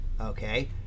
okay